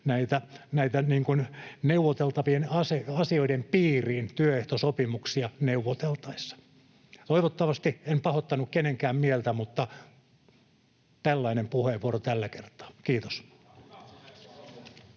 näiden neuvoteltavien asioiden piiriin työehtosopimuksia neuvoteltaessa. Toivottavasti en pahoittanut kenenkään mieltä, mutta tällainen puheenvuoro tällä kertaa. — Kiitos.